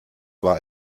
war